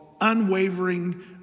unwavering